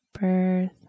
birth